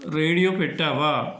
radio పెట్టవా